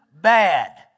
bad